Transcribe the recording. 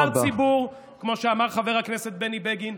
נבחר ציבור כמו שאמר חבר הכנסת בני בגין,